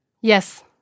Yes